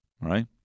right